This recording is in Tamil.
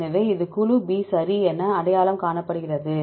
எனவே இது குழு B சரி என அடையாளம் காணப்படுகிறது